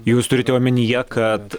jūs turite omenyje kad